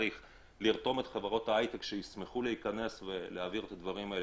לרתום את חברות ההי-טק שישמחו להיכנס ולהעביר את הידע הזה,